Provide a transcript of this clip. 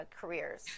careers